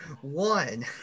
One